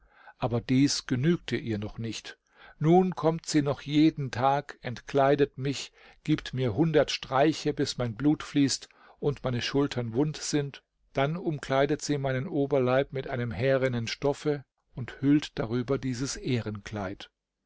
aber dies genügte ihr noch nicht nun kommt sie noch jeden tag entkleidet mich gibt mir hundert streiche bis mein blut fließt und meine schultern wund sind dann umkleidet sie meinen oberleib mit einem härenen stoffe und hüllt darüber dieses